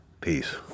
Peace